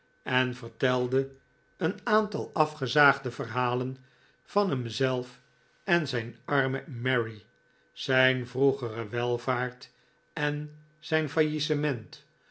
en vertelde een aantal afgezaagde verhalen van hemzelf en zijn arme mary zijn vroegere welvaart en zijn faillissement